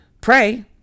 pray